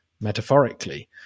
metaphorically